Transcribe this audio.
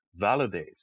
validates